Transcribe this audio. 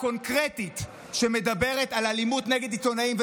קונקרטית שמדברת על אלימות נגד עיתונאים,